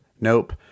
nope